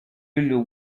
willow